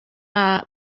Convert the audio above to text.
mae